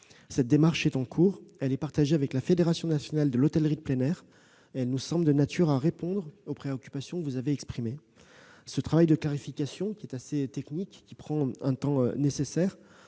Cette démarche est en cours : elle est partagée avec la Fédération nationale de l'hôtellerie de plein air et elle nous semble de nature à répondre aux préoccupations que vous avez exprimées. Ce travail de clarification, qui est assez technique, prend du temps et nécessite